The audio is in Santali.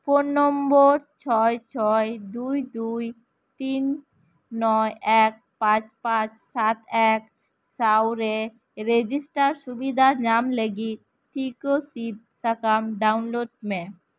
ᱯᱷᱳᱱ ᱱᱚᱢᱵᱚᱨ ᱪᱷᱚᱭ ᱪᱷᱚᱭ ᱫᱩᱭ ᱫᱩᱭ ᱛᱤᱱ ᱱᱚᱭ ᱮᱠ ᱯᱟᱸᱪ ᱯᱟᱸᱪ ᱥᱟᱛ ᱮᱠ ᱡᱟᱶᱨᱮ ᱨᱮᱡᱤᱥᱴᱟᱨ ᱥᱩᱵᱤᱫᱷᱟ ᱧᱟᱢ ᱞᱟ ᱜᱤᱫ ᱛᱷᱤᱠᱟ ᱥᱤᱫ ᱥᱟᱠᱟᱢ ᱰᱟᱣᱩᱱᱞᱚᱰ ᱢᱮ